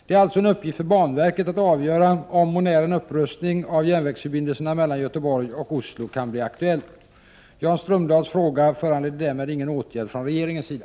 Det är alltså en uppgift för banverket att avgöra om och när en upprustning av järnvägsförbindelserna mellan Göteborg och Oslo kan bli aktuell. Jan Strömdahls fråga föranleder därmed ingen åtgärd från regeringens sida.